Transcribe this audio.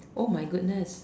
my-goodness